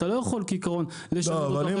אתה לא יכול כעיקרון לשנות --- אבל אם